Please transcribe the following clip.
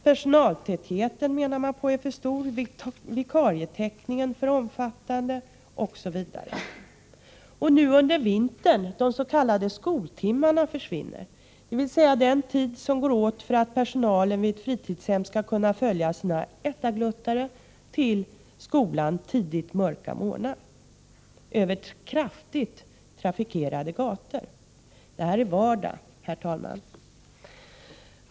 Personaltätheten är för stor, menar man, vikarietäckningen för omfattande, osv. Och nu under vintern försvinner de s.k. skoltimmarna — dvs. den tid som går åt för att personalen vid fritidshemmen skall kunna följa sina ”ettagluttare” till skolan tidigt mörka morgnar över kraftigt trafikerade gator. Det här är vardag, herr talman!